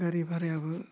गारि भारायाबो